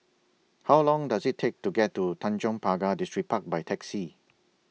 How Long Does IT Take to get to Tanjong Pagar Distripark By Taxi